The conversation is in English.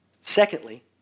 Secondly